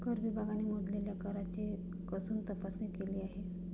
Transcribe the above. कर विभागाने मोजलेल्या कराची कसून तपासणी केली आहे